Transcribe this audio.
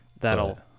that'll